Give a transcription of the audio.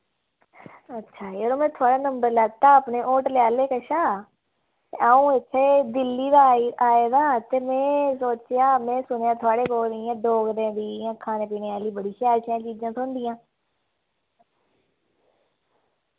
अच्छा यरो में थोआढ़ा नम्बर लैता अपने होटलै आह्ले कशा ते आ'ऊं इत्थे दिल्ली दा आई आए दा ते में सोचेआ में सुनेआ थोआढ़े कोल इ'यां डोगरें दी इ'यां खाने पीने आह्ली बड़ी शैल शैल चीजां थ्होंदियां